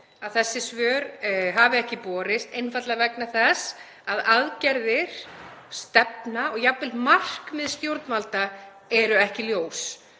að þessi svör hafi ekki borist, einfaldlega vegna þess að aðgerðir, stefna og jafnvel markmið stjórnvalda eru ekki ljós